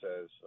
says